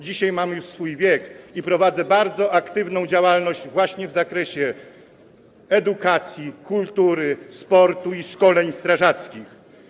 Dzisiaj mam już swój wiek i prowadzę bardzo aktywną działalność właśnie w zakresie edukacji, kultury, sportu i szkoleń strażackich.